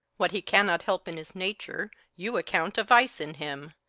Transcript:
what he cannot help in his nature you account a vice in him.